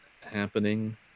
happening